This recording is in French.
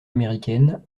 américaines